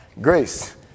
Grace